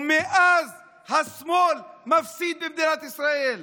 ומאז השמאל מפסיד במדינת ישראל.